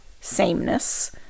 sameness